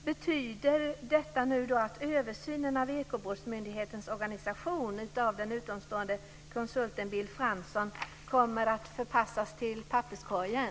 Betyder detta att översynen av Ekobrottsmyndighetens organisation av den utomstående konsulten Bill Fransson kommer att förpassas till papperskorgen?